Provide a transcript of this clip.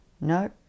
No